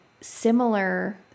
similar